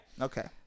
Okay